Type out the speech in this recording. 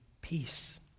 peace